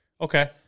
Okay